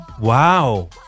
wow